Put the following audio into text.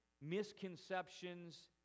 misconceptions